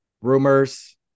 Rumors